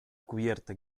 cubierta